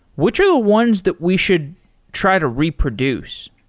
which are the ones that we should try to reproduce?